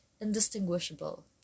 indistinguishable